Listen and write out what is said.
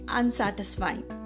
unsatisfying